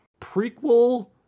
prequel